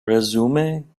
resume